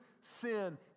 sin